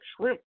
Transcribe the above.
shrimp